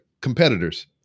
competitors